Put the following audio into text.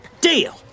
Deal